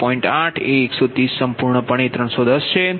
8 એ 130 સંપૂર્ણ પણે 310 છે